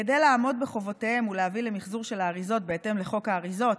כדי לעמוד בחובותיהם ולהביא למחזור של האריזות בהתאם לחוק האריזות,